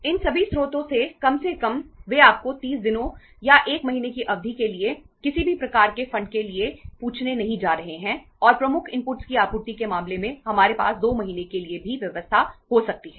इन सभी स्रोतों से कम से कम वे आपको 30 दिनों या 1 महीने की अवधि के लिए किसी भी प्रकार के फंड के लिए पूछने नहीं जा रहे हैं और प्रमुख इनपुट्स की आपूर्ति के मामले में हमारे पास 2 महीने के लिए भी व्यवस्था हो सकती है